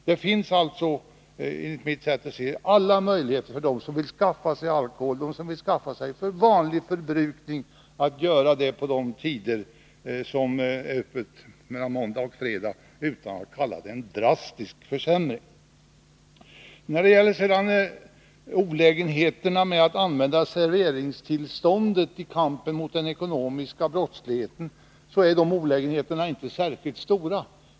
Det finns alltså enligt mitt sätt att se alla möjligheter för dem som vill skaffa sig alkohol för vanlig förbrukning att göra det på de tider under måndagar-fredagar då systembutikerna är öppna, och man kan därför inte kalla detta för en drastisk försämring. När det sedan gäller olägenheterna med att använda serveringstillståndet i kampen mot den ekonomiska brottsligheten vill jag säga att de olägenheterna inte är särskilt stora.